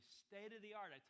state-of-the-art